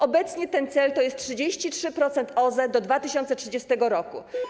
Obecnie ten cel to jest 33% OZE do 2030 r.